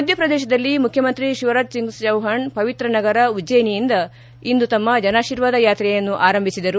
ಮಧ್ಯಪ್ರದೇಶದಲ್ಲಿ ಮುಖ್ಯಮಂತ್ರಿ ಶಿವರಾಜ್ ಸಿಂಗ್ ಚೌಹಾಣ್ ಪವಿತ್ರ ನಗರ ಉಜ್ಜಯನಿಯಿಂದ ಇಂದು ತಮ್ಮ ಜನಾಶೀರ್ವಾದ ಯಾತ್ರೆಯನ್ನು ಆರಂಭಿಸಿದರು